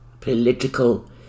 political